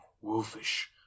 wolfish